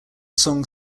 song